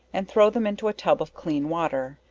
and throw them into a tub of clean water,